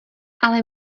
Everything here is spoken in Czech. ale